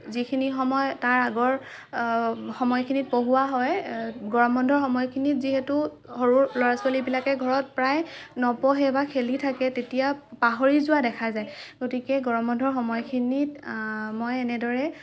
যিখিনি সময় তাৰ আগৰ সময়খিনিত পঢ়োৱা হয় গৰম বন্ধৰ সময়খিনিত যিহেতু সৰু ল'ৰা ছোৱালীবিলাকে ঘৰত প্ৰায় নপঢ়ে বা খেলি থাকে তেতিয়া পাহৰি যোৱা দেখা যায় গতিকে গৰম বন্ধৰ সময়খিনিত মই এনেদৰে